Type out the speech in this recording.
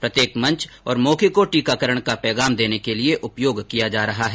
प्रत्येक मंच और मौके को टीकाकरण का पैगाम देने के लिए उपयोग किया जा रहा है